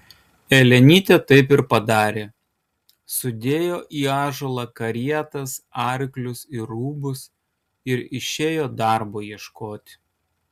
elenytė taip ir padarė sudėjo į ąžuolą karietas arklius ir rūbus ir išėjo darbo ieškoti